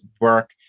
work